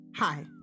Hi